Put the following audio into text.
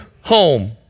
home